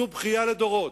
זו בכייה לדורות.